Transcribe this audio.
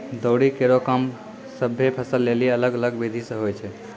दौरी केरो काम सभ्भे फसल लेलि अलग अलग बिधि सें होय छै?